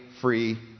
free